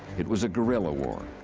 it was a guerrilla war,